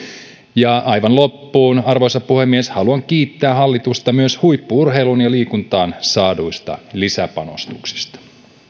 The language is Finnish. ja aivan lopuksi arvoisa puhemies haluan kiittää hallitusta myös huippu urheiluun ja liikuntaan saaduista lisäpanostuksista